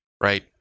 right